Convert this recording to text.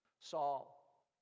Saul